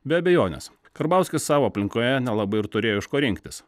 be abejonės karbauskis savo aplinkoje nelabai ir turėjo iš ko rinktis